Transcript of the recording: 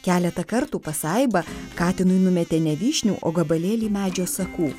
keletą kartų pasaiba katinui numetė ne vyšnių o gabalėlį medžio sakų